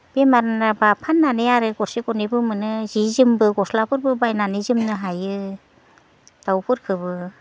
बेमार जाब्ला फाननानै आरो गरसे गरनैबो मोनो जि जोमबो गस्लाफोरबो बायनानै जोमनो हायो दाउफोरखोबो